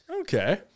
Okay